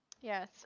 Yes